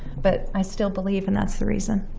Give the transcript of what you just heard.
but i still believe, and that's the reason